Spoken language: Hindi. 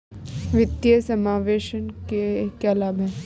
वित्तीय समावेशन के क्या लाभ हैं?